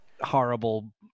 horrible